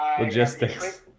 Logistics